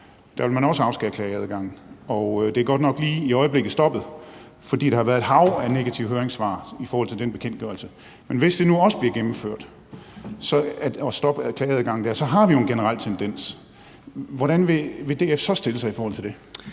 Der vil man også afskære klageadgangen. Det er godt nok stoppet lige i øjeblikket, fordi der har været et hav af negative høringssvar i forhold til den bekendtgørelse, men hvis det nu også bliver gennemført, altså at stoppe klageadgangen der, så har vi jo en generel tendens. Hvordan vil DF så stille sig i forhold til det?